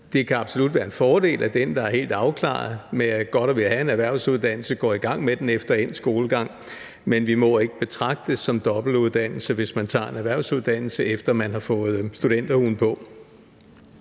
Det kan absolut være en fordel, at den, der er helt afklaret med godt at ville have en erhvervsuddannelse, går i gang med den efter endt skolegang, men vi må ikke betragte det som dobbeltuddannelse, hvis man tager en erhvervsuddannelse, efter at man har fået studenterhuen på.